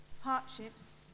hardships